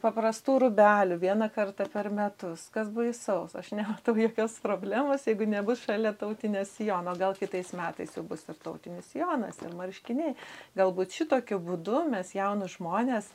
paprastų rūbelių vieną kartą per metus kas baisaus aš nematau jokios problemos jeigu nebus šalia tautinio sijono gal kitais metais jau bus tas tautinis sijonas ir marškiniai galbūt šitokiu būdu mes jaunus žmones